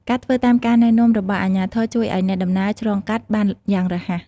ការធ្វើតាមការណែនាំរបស់អាជ្ញាធរជួយឱ្យអ្នកដំណើរឆ្លងកាត់បានយ៉ាងរហ័ស។